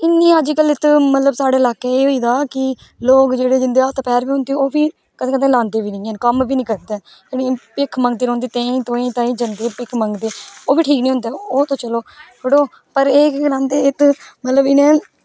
इन्नी अज कल साढ़े इलाके च होई दा लोग जेह्ड़े जिन्दे हत्थ पैस बी होंदे ओह् बी कदैं कदैं लांदे बी नी हैन कन्नै बी नी करदे न भिक्ख मंगदे रौंह्दे तांई तोआहीं जंदे भिक्ख मंगदे रौंह्दे ओह् बी ठीक नी होंदा ओह् ते चलो शुड़ो एहे केह् करांदे इत्त मतलव इनैं